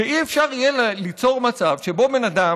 שלא יהיה אפשר ליצור מצב שבו בן אדם,